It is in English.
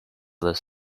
this